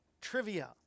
trivia